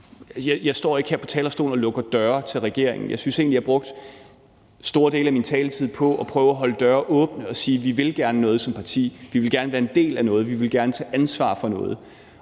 Jeg står ikke her på talerstolen og lukker døre til regeringen. Jeg synes egentlig, at jeg brugte store dele af min taletid på at prøve at holde døre åbne og sige, at vi gerne vil noget som parti, at vi gerne vil være en del af noget, og at vi gerne vil tage ansvar for noget